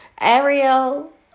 Ariel